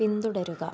പിന്തുടരുക